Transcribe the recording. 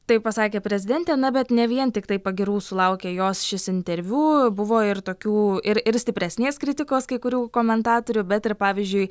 taip pasakė prezidentė na bet ne vien tiktai pagyrų sulaukė jos šis interviu buvo ir tokių ir ir stipresnės kritikos kai kurių komentatorių bet ir pavyzdžiui